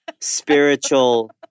spiritual